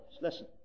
Listen